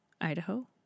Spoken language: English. Idaho